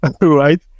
right